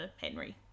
Henry